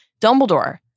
Dumbledore